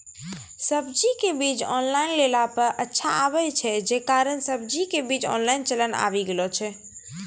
सब्जी के बीज ऑनलाइन लेला पे अच्छा आवे छै, जे कारण सब्जी के बीज ऑनलाइन चलन आवी गेलौ छै?